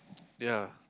ya